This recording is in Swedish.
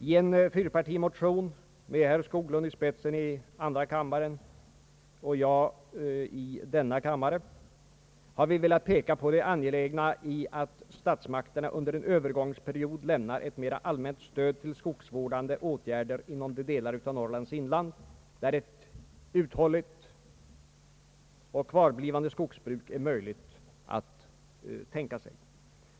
I en fyrpartimotion med herr Skoglund i andra kammaren och mig i denna kammare har vi velat peka på det angelägna i att statsmakterna under en övergångsperiod lämnar ett mera allmänt stöd till skogsvårdande åtgärder inom de delar av Norrlands inland, där ett uthålligt och kvarblivande skogsbruk är möjligt att upprätthålla.